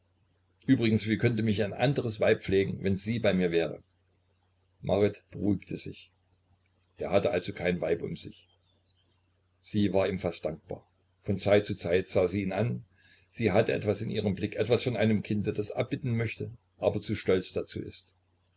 übrigens wie könnte mich ein anderes weib pflegen wenn sie bei mir wäre marit beruhigte sich er hatte also kein weib um sich sie war ihm fast dankbar von zeit zu zeit sah sie ihn an sie hatte etwas in ihrem blick etwas von einem kinde das abbitten möchte aber zu stolz dazu ist